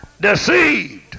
Deceived